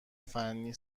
فنی